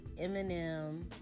Eminem